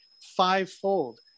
fivefold